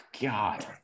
God